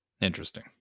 Interesting